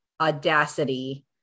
audacity